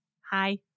Hi